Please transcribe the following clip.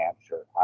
answer